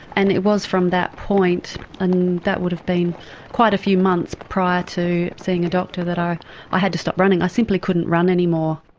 and it was from that point and that would have been quite a few months prior to seeing a doctor that i had to stop running, i simply couldn't run any more.